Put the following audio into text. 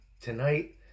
tonight